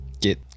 get